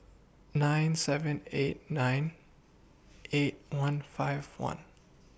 nine seven eight nine eight one five one